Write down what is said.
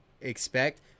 expect